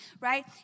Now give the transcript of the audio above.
right